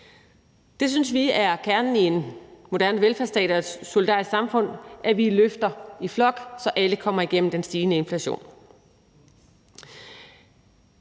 Det synes vi er kernen i en moderne velfærdsstat og i et solidarisk samfund, nemlig at vi løfter i flok, så alle kommer igennem den stigende inflation.